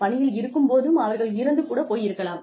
பணியில் இருக்கும் போது அவர்கள் இறந்து கூடப் போயிருக்கலாம்